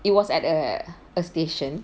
it was at a a station